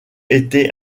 été